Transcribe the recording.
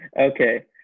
Okay